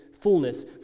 fullness